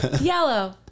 Yellow